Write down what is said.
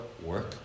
work